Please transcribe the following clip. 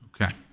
Okay